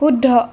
শুদ্ধ